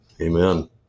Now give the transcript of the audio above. Amen